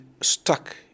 stuck